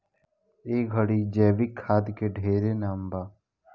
ए घड़ी जैविक खाद के ढेरे नाम बा